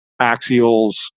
Axial's